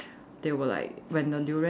they will like when the durian